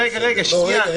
רגע, שנייה.